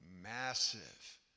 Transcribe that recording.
massive